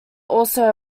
also